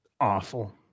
awful